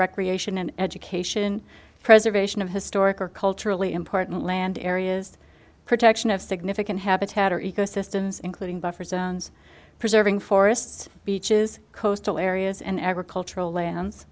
recreation and education preservation of historic or culturally important land areas protection of significant habitat or ecosystems including buffer zones preserving forests beaches coastal areas and agricultural lands